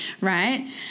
right